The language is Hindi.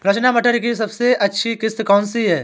रचना मटर की सबसे अच्छी किश्त कौन सी है?